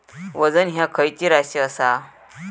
वजन ह्या खैची राशी असा?